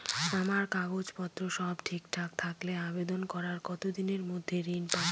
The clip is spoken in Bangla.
আমার কাগজ পত্র সব ঠিকঠাক থাকলে আবেদন করার কতদিনের মধ্যে ঋণ পাব?